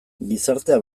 gizartea